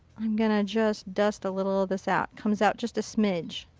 i'm going to just dust a little of this out. comes out just a smidge.